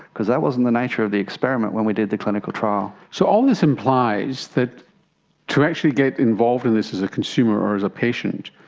because that wasn't the nature of the experiment when we did the clinical trial. so all this implies that to actually get involved in this as a consumer or as a patient,